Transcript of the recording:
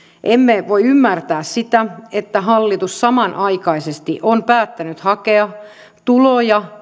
emme voi ymmärtää sitä että hallitus samanaikaisesti on päättänyt hakea tuloja